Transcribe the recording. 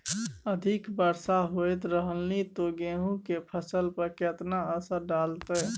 अधिक वर्षा होयत रहलनि ते गेहूँ के फसल पर केतना असर डालतै?